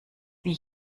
wie